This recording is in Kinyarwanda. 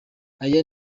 aya